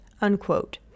unquote